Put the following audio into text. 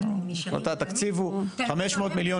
אבל הם נשארים ב --- התקציב הוא 500 מיליון